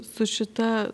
su šita